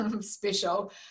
special